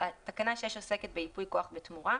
תקנה 6 עוסקת בייפוי כוח בתמורה.